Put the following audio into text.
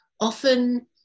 often